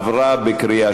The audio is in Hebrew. נתקבל.